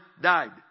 died